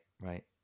right